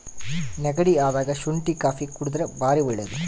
ನೆಗಡಿ ಅದಾಗ ಶುಂಟಿ ಕಾಪಿ ಕುಡರ್ದೆ ಬಾರಿ ಒಳ್ಳೆದು